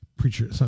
Preacher